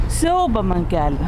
siaubą man kelia